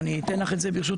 אבל אתן לך את זה ברשותך,